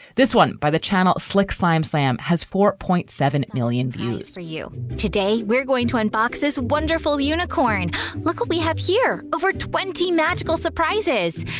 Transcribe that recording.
this one by the channel flextime slam has four point seven million views for you today we're going to in-boxes. wonderful unicorn. like we have here. over twenty magical surprises.